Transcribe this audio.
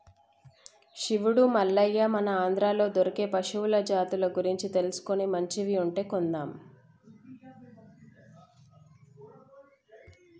శివుడు మల్లయ్య మన ఆంధ్రాలో దొరికే పశువుల జాతుల గురించి తెలుసుకొని మంచివి ఉంటే కొందాం